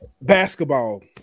basketball